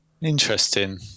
Interesting